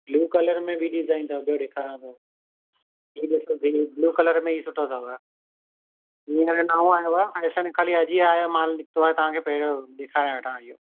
blue colour में बि design अथव बिहो ॾेखारियांव थो हीउ ॾिसो ब्लूं कलर में सुठो अथव हीउ कलर में नओं आयो आहे अॼु ई नओं मालु निकितो आहे हाणे तव्हांखे पहिरियों ॾिखारे वठां इहो